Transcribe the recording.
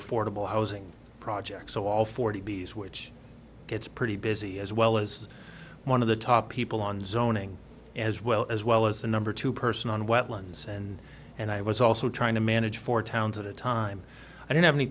affordable housing projects so all forty b s which gets pretty busy as well as one of the top people on zoning as well as well as the number two person on wetlands and and i was also trying to manage four towns at a time i didn't have any